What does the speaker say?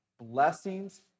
blessings